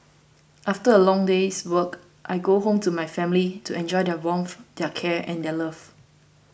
after a long day's work I go home to my family to enjoy their warmth their care and their love